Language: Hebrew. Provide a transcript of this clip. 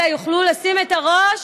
אלא יוכלו לשים את הראש,